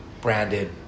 branded